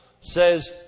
says